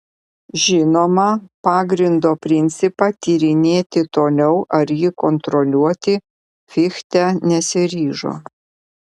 žinoma pagrindo principą tyrinėti toliau ar jį kontroliuoti fichte nesiryžo